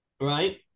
Right